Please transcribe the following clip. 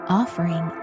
offering